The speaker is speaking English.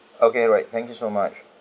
okay right thank you so much